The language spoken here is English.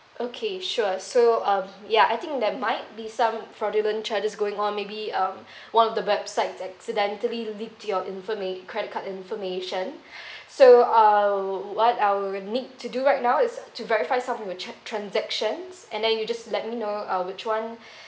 okay sure so uh ya I think there might be some fraudulent charges going on maybe um while the website accidentally leaked your informa~ credit card information so uh what I'll need to do right now is to verify some which transaction and then you just let me know uh which one